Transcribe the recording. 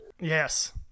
Yes